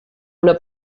una